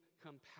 compassion